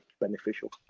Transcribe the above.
beneficial